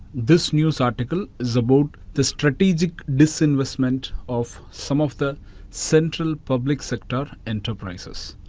this news article is about the strategic disinvestment of some of the central public sector enterprises